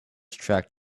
track